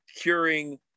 curing